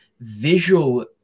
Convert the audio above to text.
visual